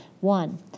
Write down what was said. one